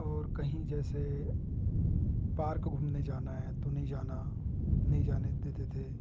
और कहीं जैसे पार्क घूमने जाना है तो नहीं जाना नहीं जाने देते थे